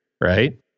right